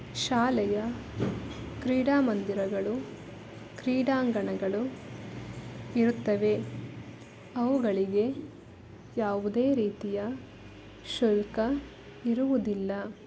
ಶಾಲೆಯ ಕ್ರೀಡಾ ಮಂದಿರಗಳು ಕ್ರೀಡಾಂಗಣಗಳು ಇರುತ್ತವೆ ಅವುಗಳಿಗೆ ಯಾವುದೇ ರೀತಿಯ ಶುಲ್ಕ ಇರುವುದಿಲ್ಲ